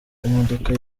imodoka